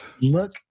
look